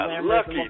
lucky